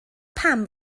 pam